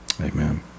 Amen